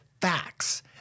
facts